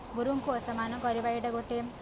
ଗୁରୁଙ୍କୁ ଅସମ୍ମାନ କରିବା ଏଇଟା ଗୋଟେ